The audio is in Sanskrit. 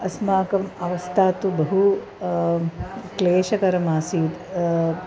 अस्माकम् अवस्था तु बहु क्लेशकरम् आसीत्